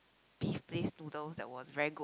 beef place noodles that was very good